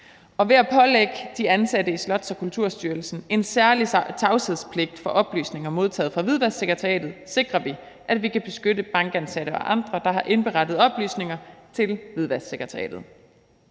Og ved at pålægge de ansatte i Slots- og Kulturstyrelsen en særlig tavshedspligt for oplysninger modtaget fra Hvidvasksekretariatet sikrer vi, at vi kan beskytte bankansatte og andre, der har indberettet oplysninger til Hvidvasksekretariatet.